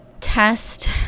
test